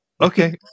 okay